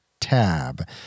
tab